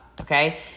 Okay